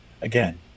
again